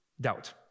doubt